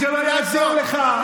זה לא יעזור לך.